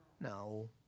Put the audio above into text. No